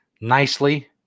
nicely